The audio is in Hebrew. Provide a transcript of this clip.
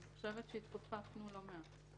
אני חושבת שהתכופפנו לא מעט.